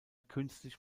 künstlich